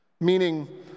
Meaning